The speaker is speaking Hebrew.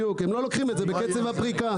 הם לא לוקחים את זה בקצב הפריקה.